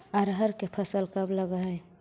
अरहर के फसल कब लग है?